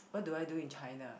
what do I do in China